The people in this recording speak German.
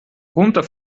runter